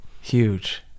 Huge